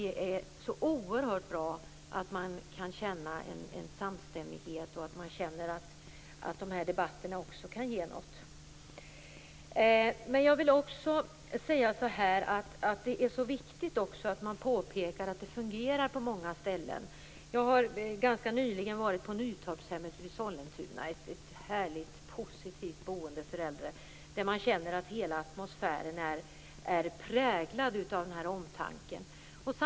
Det är oerhört bra att man kan känna samstämmighet och att de här debatterna har något att ge. Det är viktigt att påpeka att det fungerar bra på många ställen. Jag har ganska nyligen varit på Nytorpshemmet i Sollentuna - ett härligt, positivt boende för äldre, där man känner att hela atmosfären är präglad av omtanke.